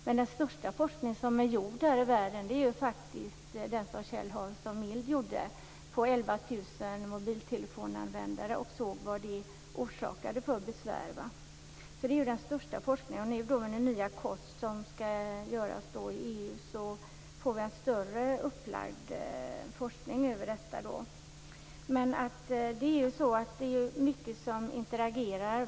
Men den största forskning som har gjorts i världen är faktiskt den som Kjell Hansson-Mild gjorde på 11 000 mobiltelefonanvändare. Han såg vad användandet orsakade för besvär. Det är alltså den mest omfattande forskningen. Nu med det här nya som skall göras i EU får vi en bredare forskning över detta. Det är mycket som interagerar.